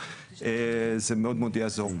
זה מאוד מאוד יעזור.